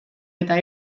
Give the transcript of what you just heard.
eta